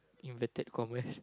inverted commas